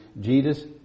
Jesus